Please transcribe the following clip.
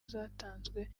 zatanzwe